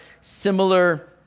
similar